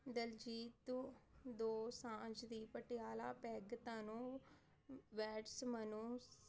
ਦਲਜੀਤ ਦੋਸਾਂਝ ਦੀ ਪਟਿਆਲਾ ਪੈਗ ਤਨੂੰ ਬੈਡਸ ਮਨੂੰ